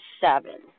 seven